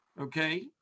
okay